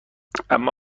اما